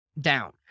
down